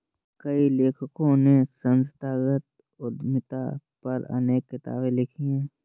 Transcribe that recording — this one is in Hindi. कई लेखकों ने संस्थागत उद्यमिता पर अनेक किताबे लिखी है